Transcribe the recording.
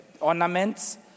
ornaments